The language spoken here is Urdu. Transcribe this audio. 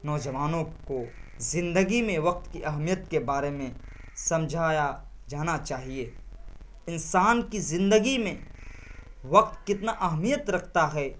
نوجوانوں کو زندگی میں وقت کی اہمیت کے بارے میں سمجھایا جانا چاہیے انسان کی زندگی میں وقت کتنا اہمیت رکھتا ہے